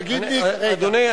אדוני,